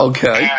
Okay